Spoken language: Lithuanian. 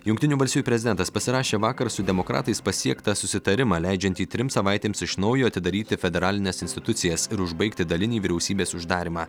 jungtinių valstijų prezidentas pasirašė vakar su demokratais pasiektą susitarimą leidžiantį trims savaitėms iš naujo atidaryti federalines institucijas ir užbaigti dalinį vyriausybės uždarymą